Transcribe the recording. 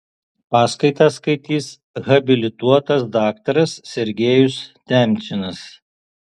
paskaitą skaitys habilituotas daktaras sergejus temčinas